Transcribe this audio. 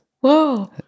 Whoa